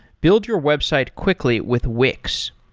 build your website quickly with wix.